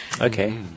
okay